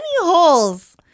holes